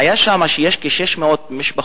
אדוני היושב-ראש, כבוד השר, שתי שאלות.